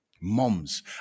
Moms